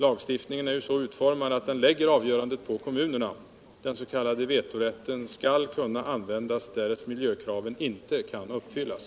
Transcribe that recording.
Lagstiftningen är så utformad att den lägger avgörandet på kommunerna. Den s.k. vetorätten skall kunna användas därest miljökraven inte kan uppfyllas.